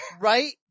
right